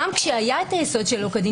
גם כשהיה את היסוד "שלא כדין",